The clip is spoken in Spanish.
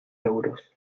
euros